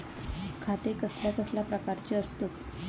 खाते कसल्या कसल्या प्रकारची असतत?